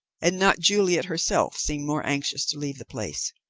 and not juliet herself seemed more anxious to leave the place.